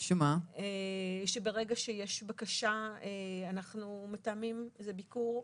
שברגע שיש בקשה אז זה ביקור מתוכנן.